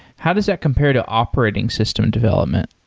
how does that compare to operating system development?